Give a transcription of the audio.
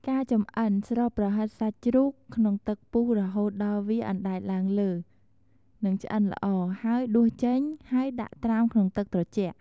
ការចំអិន ស្រុះប្រហិតសាច់ជ្រូកក្នុងទឹកពុះរហូតដល់វាអណ្តែតឡើងលើ និងឆ្អិនល្អ ហើយដួសចេញហើយដាក់ត្រាំក្នុងទឹកត្រជាក់។